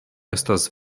estas